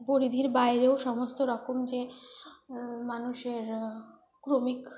পরিধির বাইরেও সমস্ত রকম যে মানুষের ক্রমিক